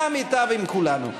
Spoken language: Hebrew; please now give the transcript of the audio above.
גם ייטב עם כולנו.